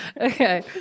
okay